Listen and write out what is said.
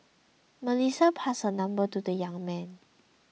Melissa passed her number to the young man